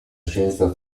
scienza